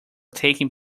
taking